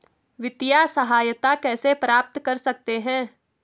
वित्तिय सहायता कैसे प्राप्त कर सकते हैं?